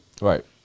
Right